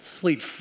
sleep